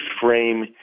frame